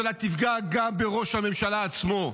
תפגע גם בראש הממשלה עצמו,